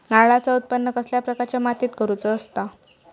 नारळाचा उत्त्पन कसल्या प्रकारच्या मातीत करूचा असता?